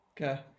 Okay